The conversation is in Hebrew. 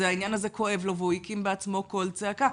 העניין הזה כואב לו, הוא הקים בעצמו קול צעקה.